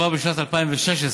כבר בשנת 2016,